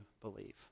believe